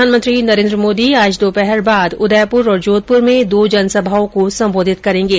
प्रधानमंत्री नरेन्द्र मोदी आज दोपहर बाद उदयपुर और जोधपुर में दो जनसभाओं को संबोधित करेंगे